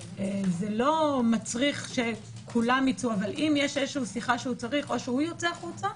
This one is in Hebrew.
זה לא מצריך שכולם ייצאו אבל אם יש שיחה שהוא צריך או הוא יוצא החוצה,